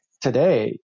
today